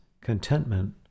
contentment